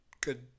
Good